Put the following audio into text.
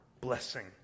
blessing